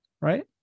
right